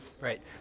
Right